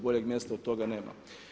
Boljeg mjesta od toga nema.